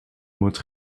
moet